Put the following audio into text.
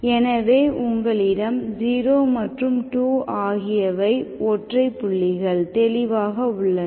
எனவே உங்களிடம் 0 மற்றும் 2 ஆகியவை ஒற்றை புள்ளிகள் தெளிவாக உள்ளன